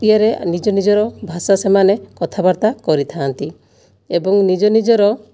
ଇଏରେ ନିଜ ନିଜର ଭାଷା ସେମାନେ କଥାବାର୍ତ୍ତା କରିଥାନ୍ତି ଏବଂ ନିଜ ନିଜର